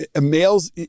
males